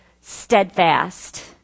steadfast